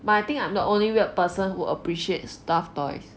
but I think I'm the only weird person who appreciate stuffed toys